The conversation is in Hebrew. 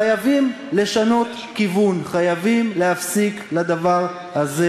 חייבים לשנות כיוון, חייבים להפסיק את הדבר הזה,